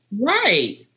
Right